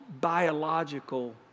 biological